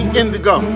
indigo